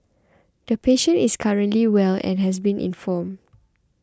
the patient is currently well and has been informed